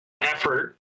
effort